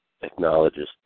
acknowledges